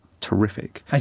terrific